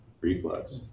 reflex